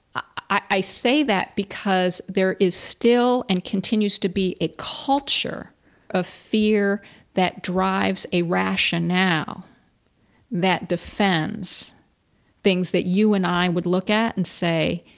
i say that because there is still and continues to be a culture of fear that drives a rational that defends things that you and i would look at and say,